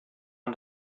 man